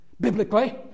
biblically